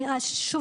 אני רק אזכיר